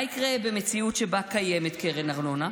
מה יקרה במציאות שבה קיימת קרן ארנונה?